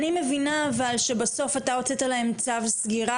אני מבינה אבל שבסוף הוצאת להם צו סגירה,